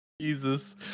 Jesus